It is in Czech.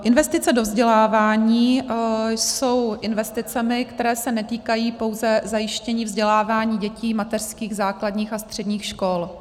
Investice do vzdělávání jsou investicemi, které se netýkají pouze zajištění vzdělávání dětí mateřských, základních a středních škol.